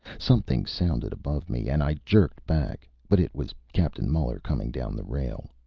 something sounded above me, and i jerked back. but it was captain muller, coming down the rail.